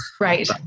Right